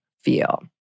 Feel